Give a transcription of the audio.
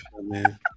man